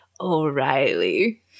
O'Reilly